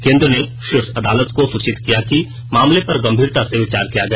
केंद्र ने शीर्ष अदालत को सूचित किया कि मामले पर गंभीरता र्स विचार किया गया